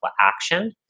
action